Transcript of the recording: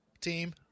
team